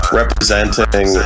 representing